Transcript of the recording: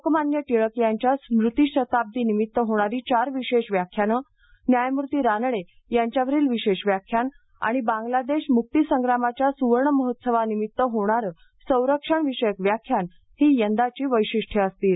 लोकमान्य टिळक यांच्या स्मृतीशताब्दीनिमित्त होणारी चार विशेष व्याख्याने न्यायमूर्ती रानडे यांच्यावरील विशेष व्याख्यान आणि बांगलादेश मुक्तीसंग्रामाच्या सुवर्णमहोत्सवानिमित्त होणारे संरक्षणविषयक व्याख्यान ही यंदाची वैशिष्ट्ये असतील